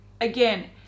Again